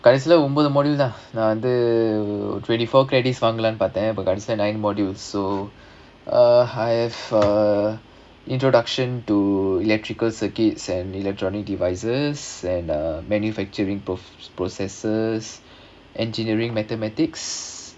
கடைசில ஒன்பது:kadaisila onbathu modules lah தான் நான் வந்து:thaan naan vandhu twenty four credit வாங்கலாம்னு பார்த்தேன்:vaangalaamnu paarthaen module so uh I have uh introduction to electrical circuits and electronic devices and uh manufacturing pro~ processes engineering mathematics